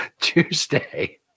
Tuesday